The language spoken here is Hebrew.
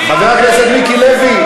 חבר הכנסת מיקי לוי,